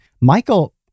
Michael